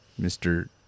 Mr